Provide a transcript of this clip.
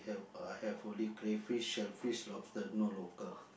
I have only crayfish and fish lobster no local